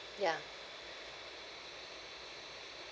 ya